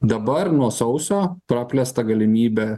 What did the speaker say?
dabar nuo sausio praplės tą galimybę